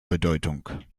bedeutung